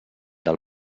del